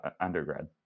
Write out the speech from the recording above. undergrad